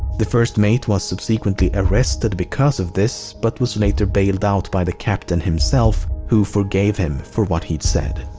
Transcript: the first mate was subsequently arrested because of this but was later bailed out by the captain himself who forgave him for what he'd said.